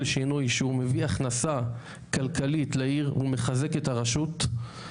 שינוי שהוא מביא הכנסה כלכלית לעיר והוא מחזק את הרשות.